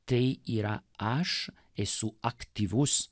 tai yra aš esu aktyvus